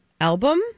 album